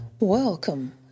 welcome